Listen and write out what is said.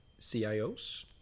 CIOs